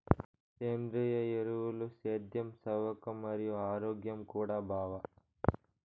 సేంద్రియ ఎరువులు సేద్యం సవక మరియు ఆరోగ్యం కూడా బావ